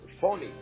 Phony